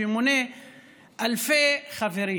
שמונה אלפי חברים,